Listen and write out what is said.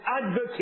advocate